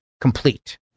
complete